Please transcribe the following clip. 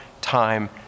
time